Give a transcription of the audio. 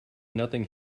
nothing